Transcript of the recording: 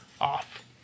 off